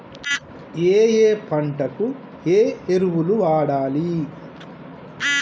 ఏయే పంటకు ఏ ఎరువులు వాడాలి?